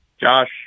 Josh